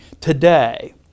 today